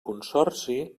consorci